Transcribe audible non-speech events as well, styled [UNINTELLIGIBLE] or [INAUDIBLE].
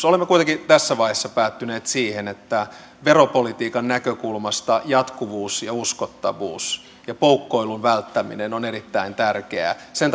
[UNINTELLIGIBLE] olemme kuitenkin tässä vaiheessa päätyneet siihen että veropolitiikan näkökulmasta jatkuvuus ja uskottavuus ja poukkoilun välttäminen on erittäin tärkeää sen [UNINTELLIGIBLE]